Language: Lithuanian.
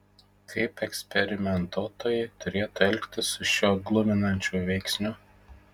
kaip eksperimentuotojai turėtų elgtis su šiuo gluminančiu veiksniu